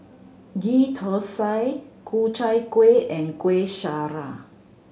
Ghee Thosai Ku Chai Kueh and Kueh Syara